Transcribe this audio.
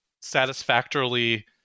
satisfactorily